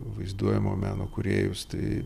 vaizduojamo meno kūrėjus tai